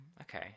Okay